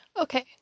okay